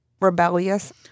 Rebellious